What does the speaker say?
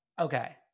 Okay